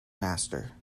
master